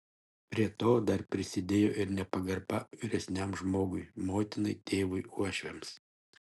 prie to dar prisidėjo ir nepagarba vyresniam žmogui motinai tėvui uošviams